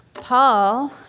Paul